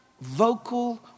vocal